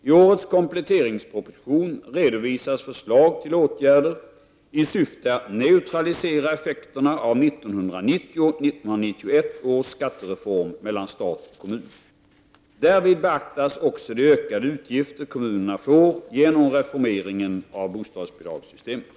I årets kompletteringsproposition redovisas förslag till åtgärder i syfte att neutralisera effekterna av 1990 och 1991 års skattereform mellan stat och kommun. Därvid beaktas också de ökade utgifter kommunerna får genom reformeringen av bostadsbidragssystemet.